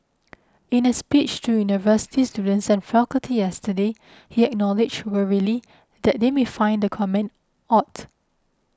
in a speech to university students and faculty yesterday he acknowledged wryly that they may find the comment odd